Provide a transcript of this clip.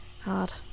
hard